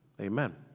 Amen